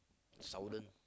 southern